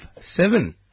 seven